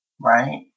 right